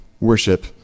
worship